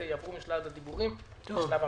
דרך צהרונים,